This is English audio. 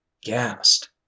Gassed